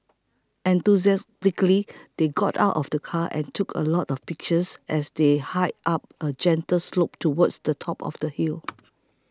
enthusiastically they got out of the car and took a lot of pictures as they hiked up a gentle slope towards the top of the hill